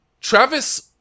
Travis